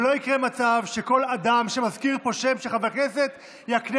ולא יקרה מצב שכל אדם שמזכיר פה שם של חבר כנסת יקנה